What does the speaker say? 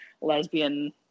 lesbian